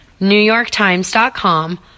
NewYorkTimes.com